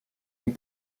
den